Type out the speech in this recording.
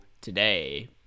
today